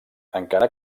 encara